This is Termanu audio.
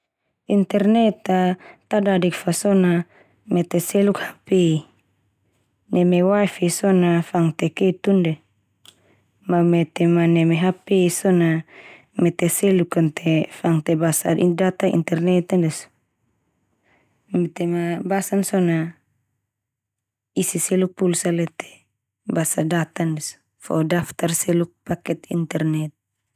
Internet a tadadik fa so na mete seluk HP. Neme Wi-Fi so na fangte ketun ndia, ma mete ma neme HP so na mete seluk kan le te fangte basa data internet a ndia so. Mete ma Basan so na isi seluk pulsa le te basa data ndia so fo daftar seluk paket internet.